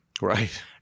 Right